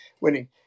winning